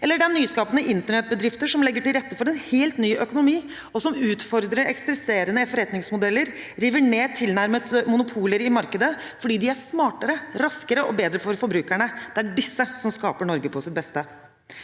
eller det er nyskapende Internett-bedrifter som legger til rette for en helt ny økonomi, og som utfordrer eksisterende forretningsmodeller, river ned tilnærmede monopoler i markedet, fordi de er smartere, raskere og bedre for forbrukerne. Det er disse som skaper Norge på sitt beste.